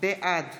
בעד